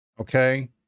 Okay